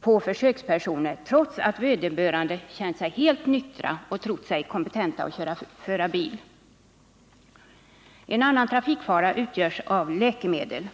på försökspersoner trots att vederbörande känt sig helt nyktra och trott sig kompetenta att köra bil. En annan trafikfara utgörs av läkemedel.